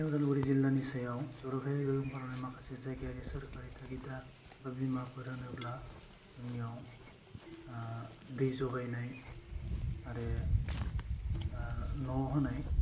बे उदालगुरि जिल्लानि सायाव जर'खायै गोहोम खालामनाय माखासे जायगायारि सोरकारि थागिदा बा बिमाफोरानोब्ला जोंनियाव ओह दै जगायनाय आरो ओह न' होनाय